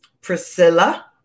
Priscilla